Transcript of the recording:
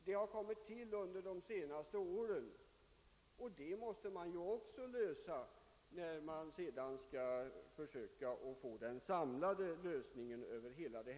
Detta har kommit till på de senaste åren. Den frågan måste man också ta upp om man skall åstadkomma en samlad lösning över hela fältet.